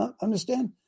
Understand